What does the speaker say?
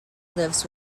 lives